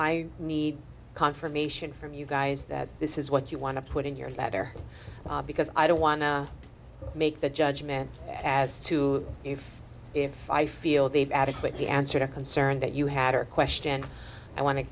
need confirmation from you guys that this is what you want to put in your letter because i don't wanna make the judgment as to if if i feel they've adequately answered a concern that you had or question i wan